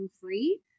free